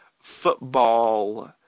football